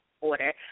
order